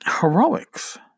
heroics